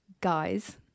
guys